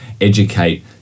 educate